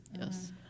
Yes